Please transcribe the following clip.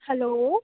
hello